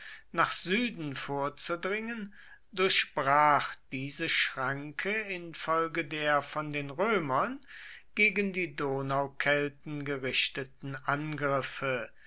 nach süden vorzudringen durchbrach diese schranke infolge der von den römern gegen die donaukelten gerichteten angriffe